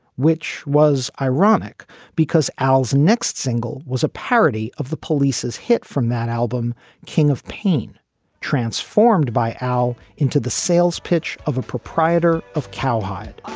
which was ironic because al's next single was a parody of the police's hit from that album king of pain transformed by al into the sales pitch of a proprietor of cowhide.